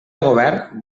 govern